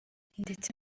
ndetse